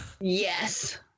Yes